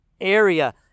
area